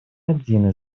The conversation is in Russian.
один